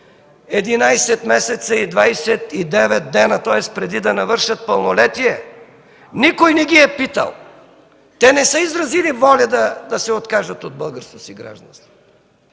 11 месеца и 29 дни, тоест преди да навършат пълнолетие. Никой не ги е питал. Те не са изразили волята да се откажат от българското си гражданство,